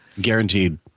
Guaranteed